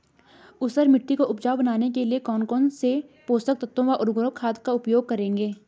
ऊसर मिट्टी को उपजाऊ बनाने के लिए कौन कौन पोषक तत्वों व उर्वरक खाद का उपयोग करेंगे?